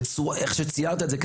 האופן בו הצגת את הדברים,